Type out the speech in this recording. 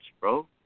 bro